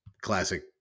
classic